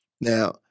Now